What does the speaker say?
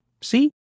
See